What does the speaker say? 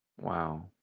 Wow